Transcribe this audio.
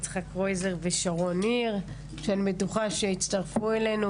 יצחק קרויזר ושרון ניר שאני בטוחה שיצטרפו אלינו,